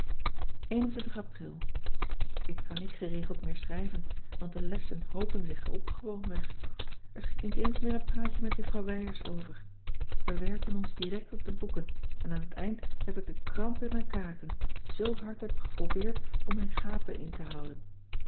april ik kan niet geregeld meer schrijven want de lessen hoopen zich op gewoonweg er schiet niet eens meer een praatje met juffrouw wijers over we werpen ons direct op de boeken en aan t eind heb ik de kramp in mijn kaken zoo hard heb ik geprobeerd om mijn gapen in te houden